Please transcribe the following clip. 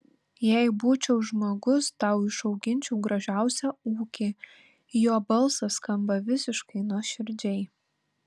jei būčiau žmogus tau išauginčiau gražiausią ūkį jo balsas skamba visiškai nuoširdžiai